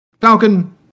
Falcon